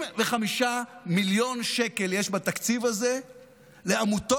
35 מיליון שקל יש בתקציב הזה לעמותות